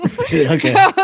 Okay